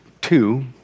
two